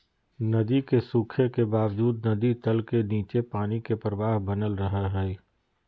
नदी के सूखे के बावजूद नदी तल के नीचे पानी के प्रवाह बनल रहइ हइ